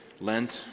Lent